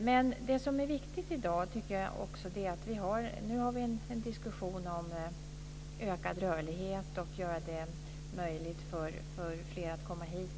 Men det som är viktigt i dag är att det förs en diskussion om ökad rörlighet och att man ska göra det möjligt för fler att komma hit.